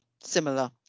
similar